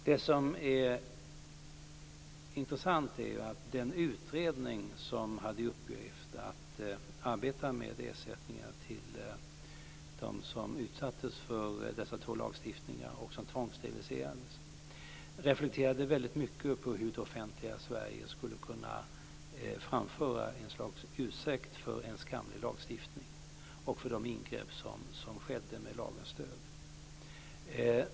Det som är intressant är att den utredning som hade till uppgift att arbeta med ersättningar till dem som utsattes för dessa två lagstiftningar och som tvångssteriliserades reflekterade väldigt mycket över hur det offentliga Sverige skulle kunna framföra ett slags ursäkt för en skamlig lagstiftning och för det ingrepp som skedde med lagens stöd.